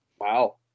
Wow